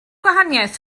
gwahaniaeth